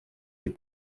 des